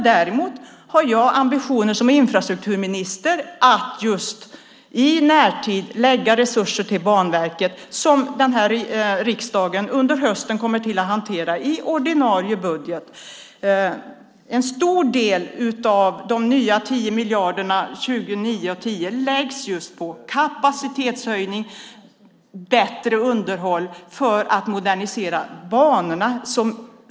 Däremot har jag som infrastrukturminister ambitioner att i närtid lägga resurser till Banverket som riksdagen under hösten kommer att hantera i ordinarie budget. En stor del av de nya 10 miljarderna 2009 och 2010 läggs på kapacitetshöjning och bättre underhåll för att modernisera banorna.